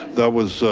that was,